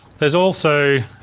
there's also,